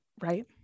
right